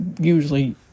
usually